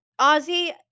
Ozzy